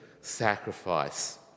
sacrifice